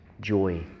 joy